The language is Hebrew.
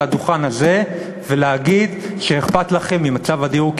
הדוכן הזה ולהגיד שאכפת לכם ממצב הדיור,